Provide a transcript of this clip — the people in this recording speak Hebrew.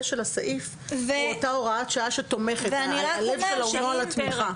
של הסעיף היא אותה הוראת שעה שתומכת והלב שלו הוא לא על התמיכה.